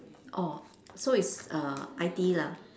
orh so it's err I_T_E lah